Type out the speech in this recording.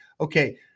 okay